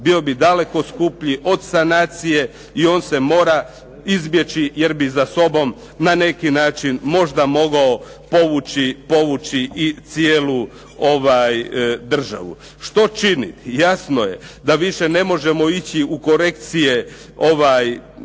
bio bi daleko skuplji od sanacije i on se mora izbjeći jer bi za sobom na neki način možda mogao povući i cijelu državu. Što činiti? Jasno je da više ne možemo ići u korekcije